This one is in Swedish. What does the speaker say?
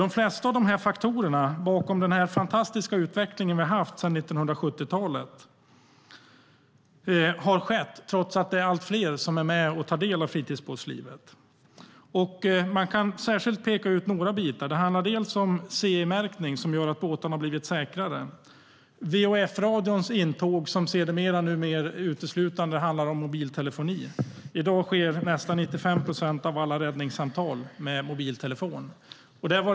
Den fantastiska utveckling som vi har haft sedan 1970-talet har skett trots att allt fler är med och tar del av fritidsbåtslivet. Man kan särskilt peka ut några bitar. Det handlar om CE-märkning, som gör att båtarna har blivit säkrare, och VHF-radions intåg, där det numera uteslutande handlar om mobiltelefoni. I dag sker nästan 95 procent av alla räddningssamtal med mobiltelefon.